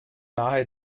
nahe